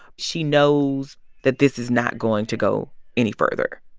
she knows that this is not going to go any further.